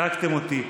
הצחקתם אותי.